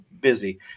busy